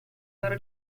loro